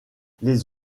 les